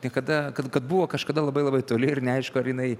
niekada kad kad buvo kažkada labai labai toli ir neaišku ar jinai